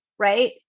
Right